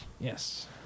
Yes